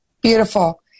Beautiful